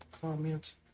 comments